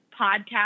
podcast